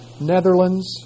Netherlands